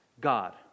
God